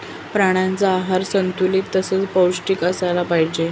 प्राण्यांचा आहार संतुलित तसेच पौष्टिक असला पाहिजे